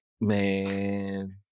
man